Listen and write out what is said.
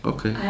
Okay